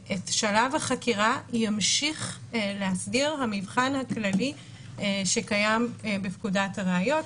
את שלב החקירה ימשיך להסדיר המבחן הכללי שקיים בפקודת הראיות,